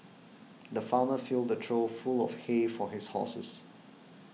the farmer filled a trough full of hay for his horses